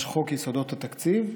ישנו חוק יסודות התקציב,